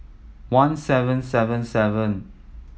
one seven seven seven